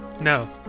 no